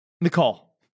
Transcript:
Nicole